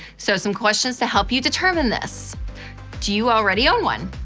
so, some questions to help you determine this do you already own one?